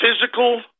physical